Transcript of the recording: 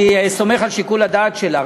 אני סומך על שיקול הדעת שלך,